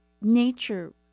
nature